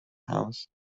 house